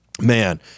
man